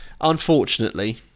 unfortunately